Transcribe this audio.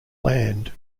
land